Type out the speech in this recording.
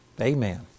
Amen